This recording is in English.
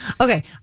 Okay